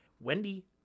Wendy